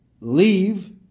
leave